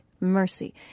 mercy